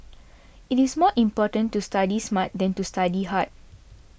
it is more important to study smart than to study hard